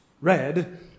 red